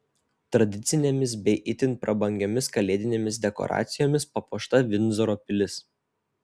tradicinėmis bei itin prabangiomis kalėdinėmis dekoracijomis papuošta vindzoro pilis